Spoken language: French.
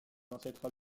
ancêtres